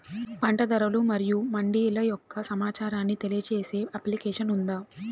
పంట ధరలు మరియు మండీల యొక్క సమాచారాన్ని తెలియజేసే అప్లికేషన్ ఉందా?